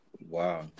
Wow